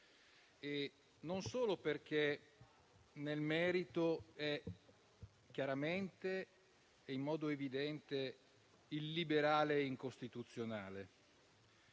non solo perché nel merito è chiaramente e in modo evidente illiberale e incostituzionale,